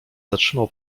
zatrzymał